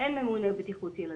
אין ממונה בטיחות ילדים.